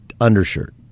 undershirt